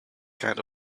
kind